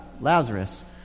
Lazarus